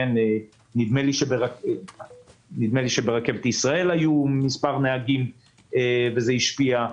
נדמה לי שברכבת ישראל היו מספר נהגים שחלו וזה השפיע,